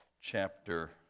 chapter